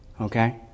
Okay